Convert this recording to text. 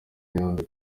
nyanza